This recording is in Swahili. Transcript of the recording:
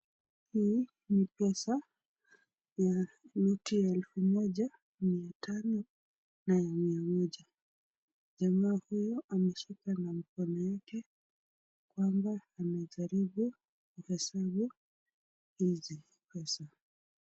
Hii ni pesa ya noti ya elfu moja, mia tano na ya mia moja. Jamaa huyo ameshika na mikono yake kwamba amejaribu kuhesabu hizi pesa.